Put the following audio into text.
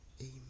Amen